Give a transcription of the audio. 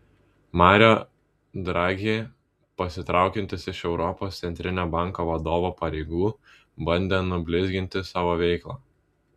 mario draghi pasitraukiantis iš europos centrinio banko vadovo pareigų bandė nublizginti savo veiklą